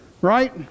Right